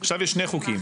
עכשיו יש שני חוקים,